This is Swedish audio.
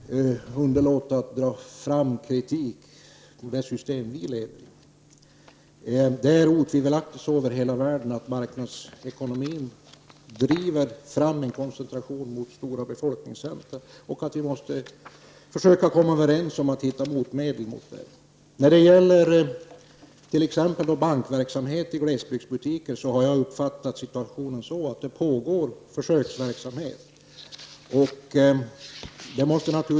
Herr talman! Det faktum att andra ekonomier har misslyckats är inte någon anledning att underlåta att dra fram kritik mot det system som vi lever i. Marknadsekonomin driver otvivelaktigt över hela världen fram en koncentration av stora befolkningscentra. Vi måste försöka komma överens om att hitta motmedel mot detta. Beträffande bankverksamhet i glesbygdsbutiker har jag uppfattat situationen så, att det pågår en försöksverksamhet.